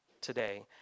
today